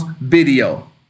video